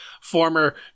former